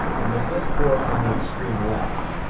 and the fifth corps on the extreme left,